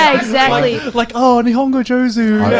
ah exactly. like, oh, nihongo josie.